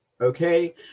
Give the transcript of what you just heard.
okay